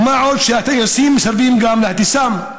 ומה עוד שהטייסים מסרבים גם להטיסם.